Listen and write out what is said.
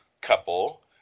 couple